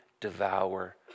devour